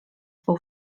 swą